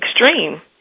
extreme